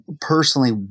personally